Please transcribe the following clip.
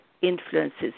influences